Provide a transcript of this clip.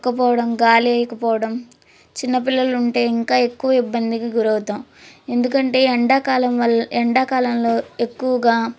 ఉక్కపోవడం గాలేయకపోవడం చిన్నపిల్లలుంటే ఇంకా ఎక్కువ ఇబ్బందికి గురవుతాం ఎందుకంటే ఎండాకాలం వల్ల ఎండాకాలంలో ఎక్కువగా